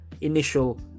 initial